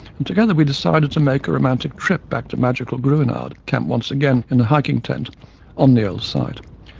and together we decided to make a romantic trip back to magical gruinard, and camp once again in her hiking tent on the old site.